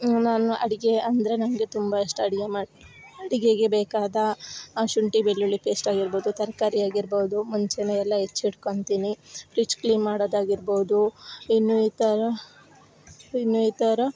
ನಾನು ಅಡಿಗೆ ಅಂದರೆ ನಂಗೆ ತುಂಬ ಇಷ್ಟ ಅಡಿಗೆ ಮಾಡಿ ಅಡಿಗೆಗೆ ಬೇಕಾದ ಶುಂಠಿ ಬೆಳ್ಳುಳ್ಳಿ ಪೇಸ್ಟ್ ಆಗಿರ್ಬೌದು ತರಕಾರಿ ಆಗಿರ್ಬೌದು ಮುಂಚೆನೇ ಎಲ್ಲ ಹೆಚ್ ಇಟ್ಕೊತೀನಿ ಫ್ರಿಜ್ ಕ್ಲೀನ್ ಮಾಡೋದು ಆಗಿರ್ಬೌದು ಇನ್ನು ಈ ಥರ ಇನ್ನು ಈ ಥರ